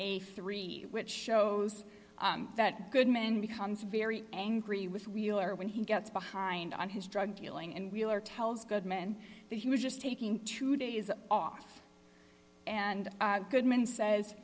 eighty three which shows that goodman becomes very angry with real or when he gets behind on his drug dealing and wheeler tells goodman that he was just taking two days off and goodman says